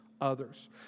others